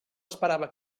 esperava